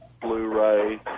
Blu-ray